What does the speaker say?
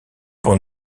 pour